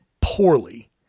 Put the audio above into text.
poorly